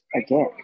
again